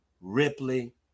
Ripley